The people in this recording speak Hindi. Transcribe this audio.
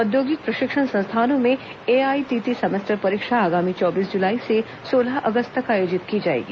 औद्योगिक प्रशिक्षण संस्थाओं में एआईटीटी सेमेस्टर परीक्षा आगामी चौबीस जुलाई से सोलह अगस्त तक आयोजित की जाएगी